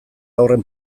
haurren